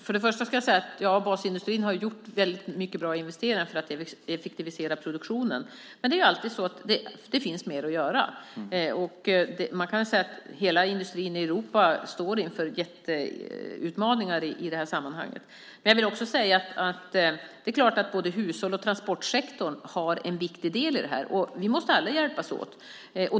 Herr talman! Basindustrin har gjort bra investeringar för att effektivisera produktionen. Men det finns alltid mer att göra. Hela industrin i Europa står inför jätteutmaningar i det sammanhanget. Det är klart att både hushåll och transportsektorn har en viktig del i detta. Nu måste alla hjälpas åt.